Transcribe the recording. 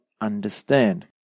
understand